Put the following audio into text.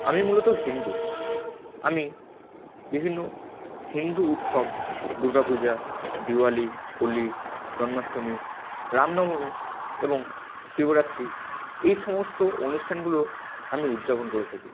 আমি মূলত হিন্দু আমি বিভিন্ন হিন্দু উৎসব দুর্গাপূজা দিওয়ালি হোলি জন্মাষ্টমী রামনবমী এবং শিবরাত্রি এই সমস্ত অনুষ্ঠানগুলো আমি উদ্যাপন করে থাকি